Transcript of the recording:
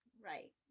right